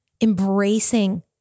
embracing